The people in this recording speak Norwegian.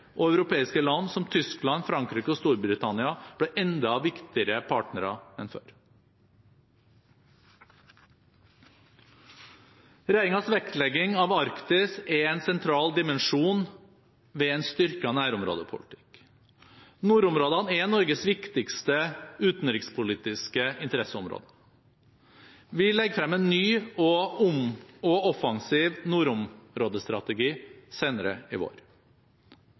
og europeiske land som Tyskland, Frankrike og Storbritannia blir enda viktigere partnere enn før. Regjeringens vektlegging av Arktis er en sentral dimensjon ved en styrket nærområdepolitikk. Nordområdene er Norges viktigste utenrikspolitiske interesseområde. Vi legger frem en ny og offensiv nordområdestrategi senere i vår.